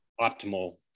optimal